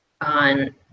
on